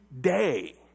day